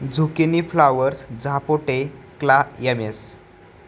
zucchini flowers झापोटे क्लायमएस